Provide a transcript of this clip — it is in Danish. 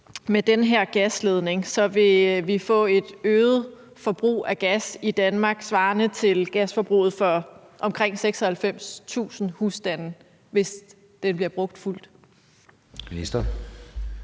med den her gasledning vil vi få et øget forbrug af gas i Danmark svarende til gasforbruget for omkring 96.000 husstande, altså hvis den bliver brugt fuldt